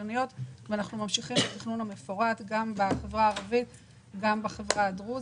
ואנחנו ממשיכים בתכנון מפורט גם שם וגם במגזר הדרוזי.